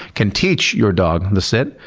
can teach your dog the sit,